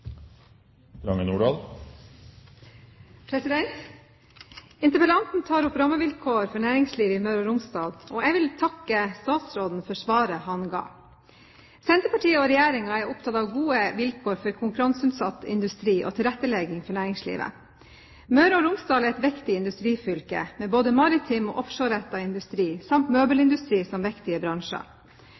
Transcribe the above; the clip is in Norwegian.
seg i næringslivet. Interpellanten tar opp rammevilkårene for næringslivet i Møre og Romsdal, og jeg vil takke statsråden for svaret han ga. Senterpartiet og regjeringen er opptatt av gode vilkår for konkurranseutsatt industri og tilrettelegging for næringslivet. Møre og Romsdal er et viktig industrifylke med både maritim og offshorerettet industri samt møbelindustri som viktige bransjer.